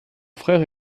frère